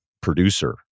producer